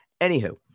Anywho